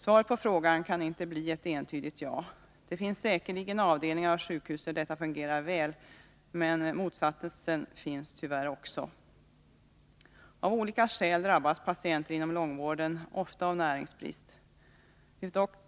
Svaret på frågan kan inte bli ett entydigt ja. Det finns säkerligen avdelningar och sjukhus där detta fungerar väl, men motsatsen finns tyvärr också. Av olika skäl drabbas patienter inom långvården ofta av näringsbrist.